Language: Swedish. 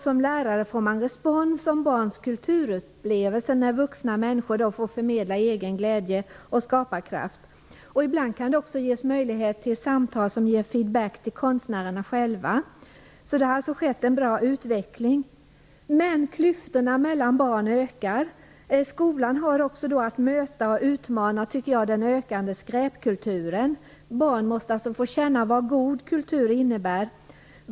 Som lärare får man respons på barns kulturupplevelser när vuxna människor i dag får förmedla egen glädje och skaparkraft. Ibland kan det också ges möjlighet till samtal som ger feedback till konstnärerna själva. Det har således skett en bra utveckling. Klyftorna mellan barnen ökar emellertid. Skolan har också att möta och utmana den ökande utbredningen av skräpkulturen. Barn måste få uppleva vad god kultur innebär.